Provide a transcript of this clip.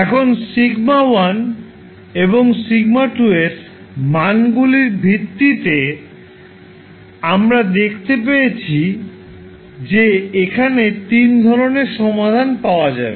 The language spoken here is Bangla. এখন σ1 এবং σ2 এর মানগুলির ভিত্তিতে আমরা দেখতে পেয়েছি যে এখানে 3 ধরণের সমাধান পাওয়া যাবে